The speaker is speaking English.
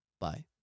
bye